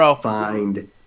find